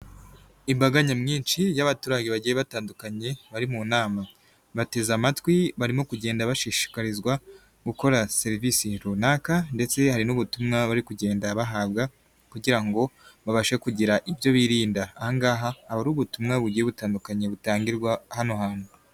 Imbaga nyamwinshi y'abaturage bagiye batandukanye bari mu nama, bateze amatwi barimo kugenda bashishikarizwa gukora serivisi runaka, ndetse hari n'ubutumwa bari kugenda bahabwa, kugira ngo babashe kugira ibyo birinda. Ahangaha aba ari ubutumwa bugiye butandukanye butangirwa hano hantu.